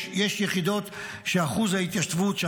יש יחידות שאחוז ההתייצבות בהן,